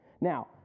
Now